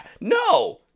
no